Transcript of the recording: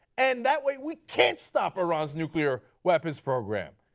and that way we can stop iran's nuclear weapons program?